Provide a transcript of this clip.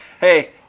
hey